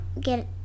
get